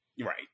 Right